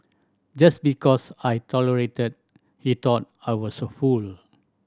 just because I tolerated he thought I was a fool